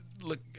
look